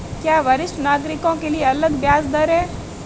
क्या वरिष्ठ नागरिकों के लिए अलग ब्याज दर है?